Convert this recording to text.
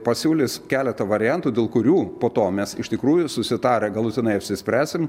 pasiūlys keletą variantų dėl kurių po to mes iš tikrųjų susitarę galutinai apsispręsim